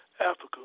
Africa